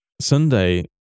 Sunday